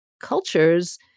cultures